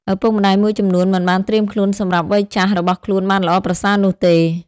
ឪពុកម្ដាយមួយចំនួនមិនបានត្រៀមខ្លួនសម្រាប់វ័យចាស់របស់ខ្លួនបានល្អប្រសើរនោះទេ។